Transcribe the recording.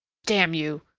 damn you!